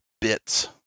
bits